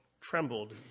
trembled